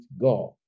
God